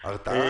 הרתעה?